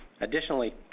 Additionally